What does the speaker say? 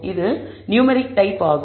இது numeric type ஆகும்